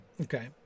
Okay